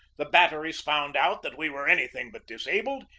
the batteries found out that we were any thing but disabled,